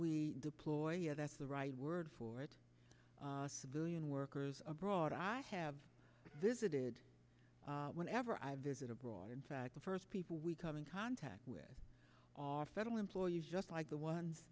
we deploy you know that's the right word for it civilian workers abroad i i have visited whenever i visit abroad in fact the first people we come in contact with are federal employees just like the ones